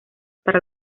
para